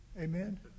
Amen